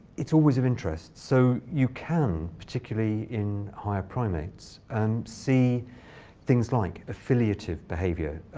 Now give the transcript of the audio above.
it's always of interest. so you can, particularly in higher primates, and see things like affiliative behavior.